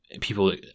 people